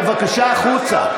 בבקשה החוצה.